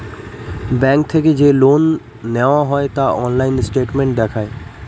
bank থেকে যে loan নেওয়া হয় তা অনলাইন স্টেটমেন্ট দেখায়